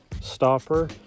stopper